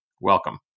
Welcome